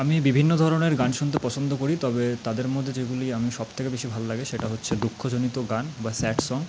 আমি বিভিন্ন ধরনের গান শুনতে পছন্দ করি তবে তাদের মধ্যে যেগুলি আমি সব থেকে বেশি ভালো লাগে সেটা হচ্ছে দুঃখজনিত গান বা স্যাড সং